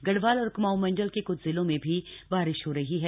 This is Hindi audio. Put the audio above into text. गढ़वाल और क्माऊं मंडल के क्छ जिलों में भी बारिश हो रही है